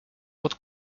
pod